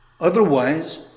Otherwise